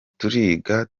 turiga